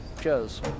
Cheers